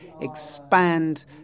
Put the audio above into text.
expand